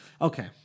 Okay